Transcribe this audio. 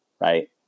right